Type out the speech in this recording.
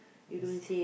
listen